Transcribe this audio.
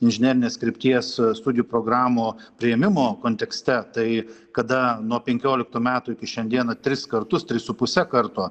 inžinerinės krypties studijų programų priėmimo kontekste tai kada nuo penkioliktų metų iki šiandieną tris kartus tris su puse karto